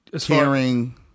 caring